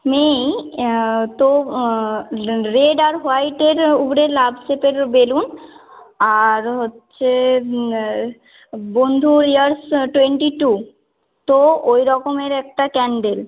মেয়েই তো রেড আর হোয়াইটের উড়ে লাভ শেপের বেলুন আর হচ্ছে বন্ধুর ইয়ার্স টোয়েন্টি টু তো ওই রকমের একটা ক্যান্ডেল